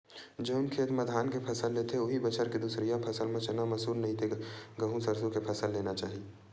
जउन खेत म धान के फसल लेथे, उहीं बछर के दूसरइया फसल म चना, मसूर, नहि ते गहूँ, सरसो के फसल लेना चाही